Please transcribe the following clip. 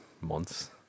months